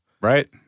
Right